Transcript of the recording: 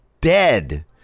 dead